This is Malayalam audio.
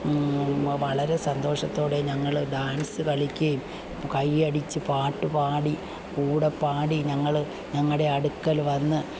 വളരെ സന്തോഷത്തോടെ ഞങ്ങള് ഡാന്സ് കളിക്കുകയും കൈയ്യടിച്ച് പാട്ട് പാടി കൂടെ പാടി ഞങ്ങള് ഞങ്ങളുടെ അടുക്കല് വന്ന്